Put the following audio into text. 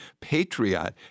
patriot